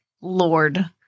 Lord